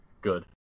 Good